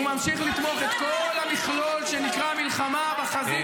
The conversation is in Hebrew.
הוא ממשיך לתמוך את כל המכלול שנקרא מלחמה בחזית ובעורף,